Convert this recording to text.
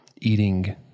eating